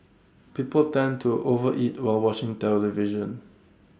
people tend to overeat while watching the television